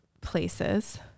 places